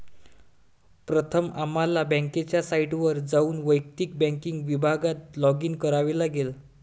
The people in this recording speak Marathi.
प्रथम आम्हाला बँकेच्या साइटवर जाऊन वैयक्तिक बँकिंग विभागात लॉगिन करावे लागेल